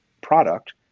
product